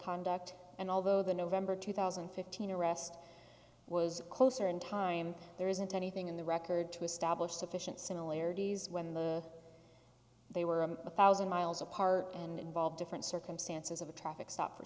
conduct and although the november two thousand and fifteen arrest was closer in time there isn't anything in the record to establish sufficient similarities when the they were a thousand miles apart and involved different circumstances of a traffic stop for